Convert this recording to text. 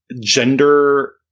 gender